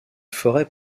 forêt